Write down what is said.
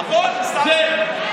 נכון, שמתי.